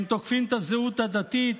הם תוקפים את הזהות הדתית,